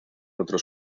otros